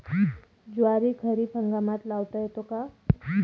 ज्वारी खरीप हंगामात लावता येते का?